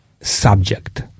subject